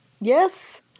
Yes